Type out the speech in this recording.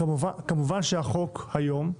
כמובן שהחוק היום,